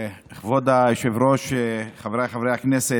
כבוד היושב-ראש, חבריי חברי הכנסת,